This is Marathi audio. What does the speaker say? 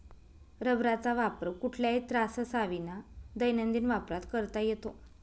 रबराचा वापर कुठल्याही त्राससाविना दैनंदिन वापरात करता येतो